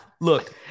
look